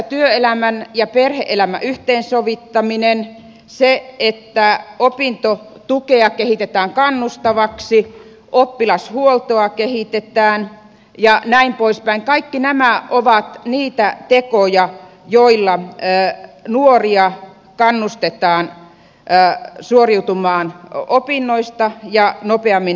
työelämän ja perhe elämän yhteensovittaminen se että opintotukea kehitetään kannustavaksi oppilashuoltoa kehitetään ja niin poispäin kaikki nämä ovat niitä tekoja joilla nuoria kannustetaan suoriutumaan opinnoista ja nopeammin työelämään